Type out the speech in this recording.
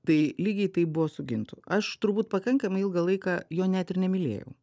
tai lygiai taip buvo su gintu aš turbūt pakankamai ilgą laiką jo net ir nemylėjau